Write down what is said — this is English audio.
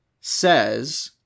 says